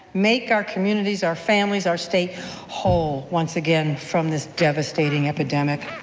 make our communities, our families, our state whole once again from this devastating epidemic.